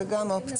זו גם אופציה,